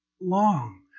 long